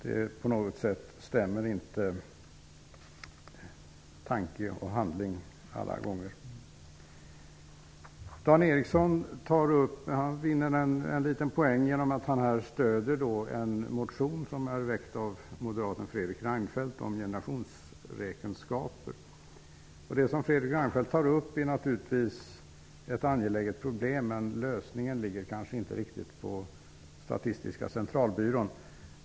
Tanke och handling stämmer inte överens alla gånger. Dan Eriksson i Stockholm vinner en poäng genom att stödja en motion om generationsräkenskaper som har väckts av moderaten Fredrik Reinfeldt. Det som Fredrik Reinfeldt tar upp är naturligtvis ett angeläget problem, men lösningen ligger kanske inte riktigt på Statistiska centralbyrån.